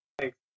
Thanks